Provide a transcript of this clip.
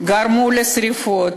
גרמו לשרפות,